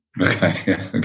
Okay